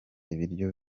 ibiryo